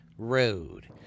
Road